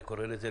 אני קורא לזה,